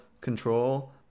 control